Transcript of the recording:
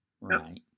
Right